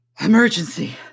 emergency